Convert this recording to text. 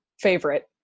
favorite